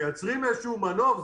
מייצרים איזשהו מנוף.